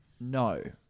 No